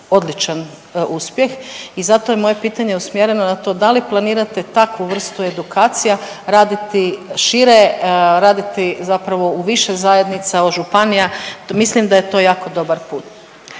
odličan uspjeh i zato je moje pitanje usmjereno na to da li planirate takvu vrstu edukacija raditi šire, raditi zapravo u više zajednica od županija, mislim da je to jako dobar put.